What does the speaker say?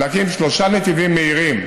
להקים שלושה נתיבים מהירים